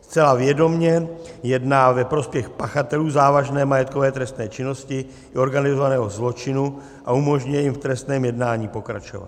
Zcela vědomě jedná ve prospěch pachatelů závažné majetkové trestné činnosti i organizovaného zločinu a umožňuje jim v trestném jednání pokračovat.